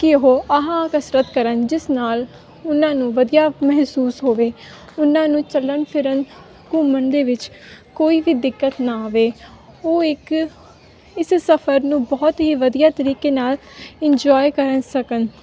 ਕਿ ਉਹ ਆਹਾ ਕਸਰਤ ਕਰਨ ਜਿਸ ਨਾਲ ਉਹਨਾਂ ਨੂੰ ਵਧੀਆ ਮਹਿਸੂਸ ਹੋਵੇ ਉਹਨਾਂ ਨੂੰ ਚਲਣ ਫਿਰਨ ਘੁੰਮਣ ਦੇ ਵਿੱਚ ਕੋਈ ਵੀ ਦਿੱਕਤ ਨਾ ਆਵੇ ਉਹ ਇੱਕ ਇਸ ਸਫਰ ਨੂੰ ਬਹੁਤ ਹੀ ਵਧੀਆ ਤਰੀਕੇ ਨਾਲ ਇੰਜੋਏ ਕਰ ਸਕਣ